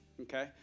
Okay